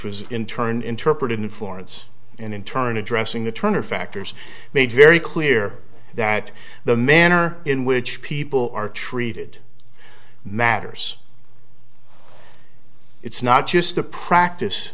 was in turn interpreted informants and in turn addressing the turner factors made very clear that the manner in which people are treated matters it's not just the practice